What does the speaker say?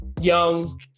Young